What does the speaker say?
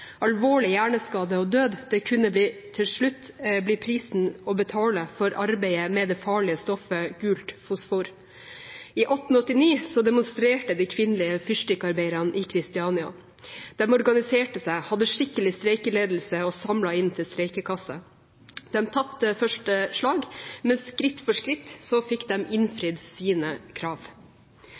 Alvorlig hjerneskade og død kunne til slutt bli prisen å betale for arbeidet med det farlige stoffet gult fosfor. I 1889 demonstrerte de kvinnelige fyrstikkarbeiderne i Kristiania. De organiserte seg, hadde skikkelig streikeledelse og samlet inn til streikekasse. De tapte første slag, men skritt for skritt fikk de innfridd sine krav.